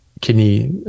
kidney